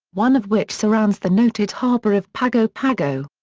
one of which surrounds the noted harbor of pago pago.